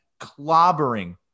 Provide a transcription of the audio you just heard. clobbering